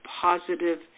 positive